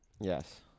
Yes